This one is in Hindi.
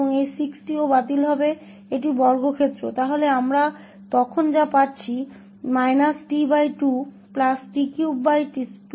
और यह 2 रद्द हो जाएगा यह 4 भी रद्द हो जाएगा और यह 6 भी रद्द हो जाएगा यह वर्ग है